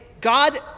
god